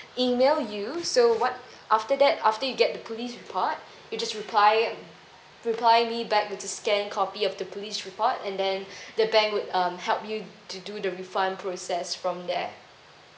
email you so what after that after you get the police report you just reply reply me back with the scanned copy of the police report and then the bank would um help you to do the refund process from there